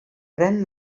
pren